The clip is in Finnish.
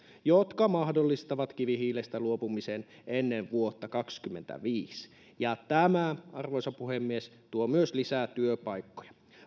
jotka mahdollistavat kivihiilestä luopumisen ennen vuotta kaksikymmentäviisi ja tämä arvoisa puhemies tuo myös lisää työpaikkoja